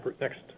next